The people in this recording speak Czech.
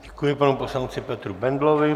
Děkuji panu poslanci Petru Bendlovi.